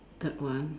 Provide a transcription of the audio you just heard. third one